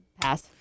Pass